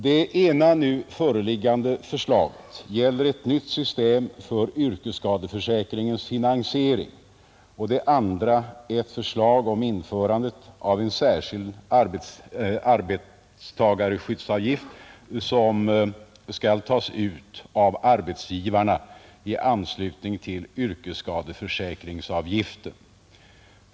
Det ena nu föreliggande förslaget gäller ett nytt system för yrkesskadeförsäkringens finansiering, och det andra är ett förslag om införande av en särskild arbetarskyddsavgift, som skall tas ut av arbetsgivarna i anslutning till yrkesskadeförsäkringsavgiften.